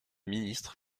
ministre